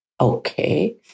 okay